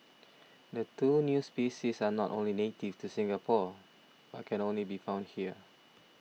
the two new species are not only native to Singapore but can only be found here